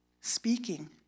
speaking